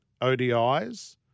ODIs